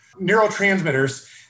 neurotransmitters